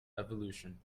evolution